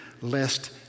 lest